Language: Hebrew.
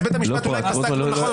אז בית המשפט אולי עשה לא נכון,